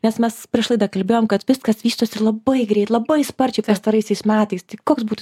nes mes prieš laidą kalbėjom kad viskas vystosi labai greit labai sparčiai pastaraisiais metais koks būtų